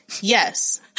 Yes